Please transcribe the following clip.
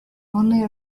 only